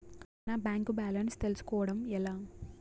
నా bank balance తెలుస్కోవడం ఎలా?